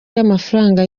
y’amafaranga